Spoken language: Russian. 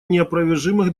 неопровержимых